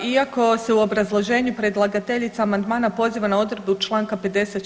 Iako se u obrazloženju predlagateljica amandmana poziva na odredbu čl. 56.